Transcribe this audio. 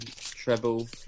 treble